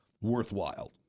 Worthwhile